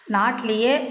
நாட்லேயே